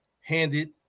handed